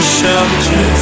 shelter